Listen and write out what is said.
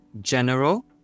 general